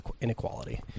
inequality